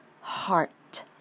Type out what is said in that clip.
heart